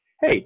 hey